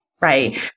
right